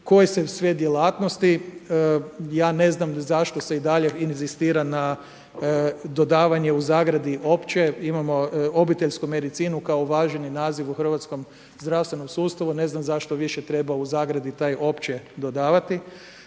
koje se sve djelatnosti, ja ne znam zašto se i dalje inzistira na dodavanje (opće) imamo obiteljsku medicinu kao uvaženi naziv u hrvatskom zdravstvenom sustavu, ne znam zašto više treba u zagradi taj (opće) dodavati,